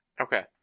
Okay